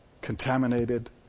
contaminated